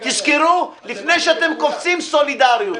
תזכרו, לפני שאתם קופצים, סולידריות.